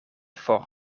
for